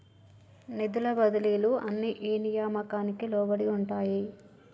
నిధుల బదిలీలు అన్ని ఏ నియామకానికి లోబడి ఉంటాయి?